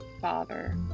Father